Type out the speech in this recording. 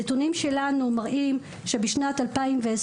הנתונים שלנו מראים שבשנת 2020